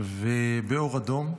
באור אדום,